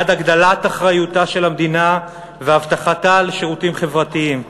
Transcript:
בעד הגדלת אחריותה של המדינה והבטחתה לשירותים חברתיים.